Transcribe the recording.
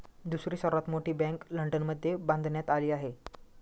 दुसरी सर्वात मोठी बँक लंडनमध्ये बांधण्यात आली आहे